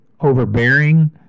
overbearing